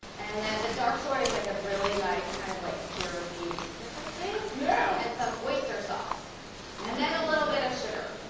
and then the dark soy is like a really nice, kind of like syrupy consistency. yeah. and some oyster sauce and then a little bit of sugar.